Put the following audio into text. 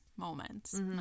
Moments